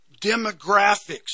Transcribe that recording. demographics